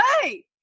Hey